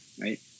right